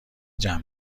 جمع